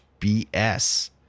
BS